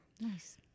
Nice